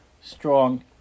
strong